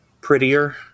prettier